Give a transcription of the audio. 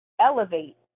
elevate